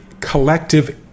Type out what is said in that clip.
collective